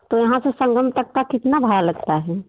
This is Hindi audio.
तो यहाँ से संगम तक का कितना भाड़ा लगता है